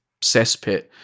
cesspit